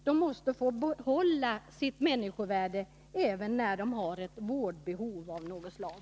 De måste få behålla sitt människovärde även när de har ett vårdbehov av något slag.